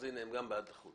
הנה, הם גם בעד תחרות.